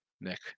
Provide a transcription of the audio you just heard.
Nick